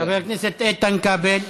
חבר הכנסת איתן כבל,